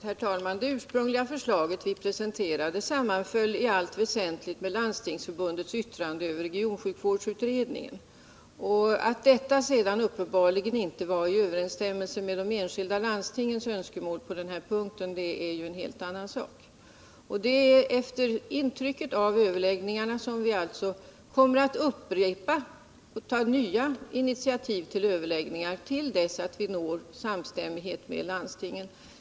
Herr talman! Det ursprungliga förslag som vi presenterade sammanföll i stora delar med Landstingsförbundets yttrande över regionsjukvårdsutredningen. Att detta sedan uppenbarligen inte var i överensstämmelse med de enskilda landstingens önskemål på den här punkten är ju en helt annan sak. Det är efter intryck av överläggningarna som vi alltså kommer att ta nya initiativ till överläggningar — till dess att vi når samstämmighet med landstingen.